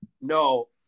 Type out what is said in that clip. No